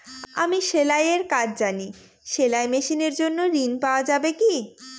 আমি সেলাই এর কাজ জানি সেলাই মেশিনের জন্য ঋণ পাওয়া যাবে কি?